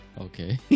Okay